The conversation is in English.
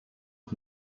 his